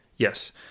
yes